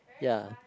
ya